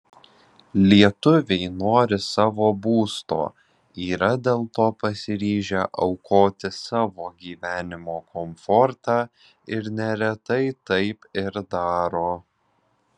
lietuviai nori savo būsto yra dėl to pasiryžę aukoti savo gyvenimo komfortą neretai taip ir daro